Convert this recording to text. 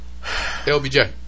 LBJ